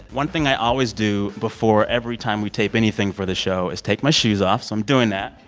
one thing i always do before every time we tape anything for the show is take my shoes off, so i'm doing that.